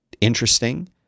interesting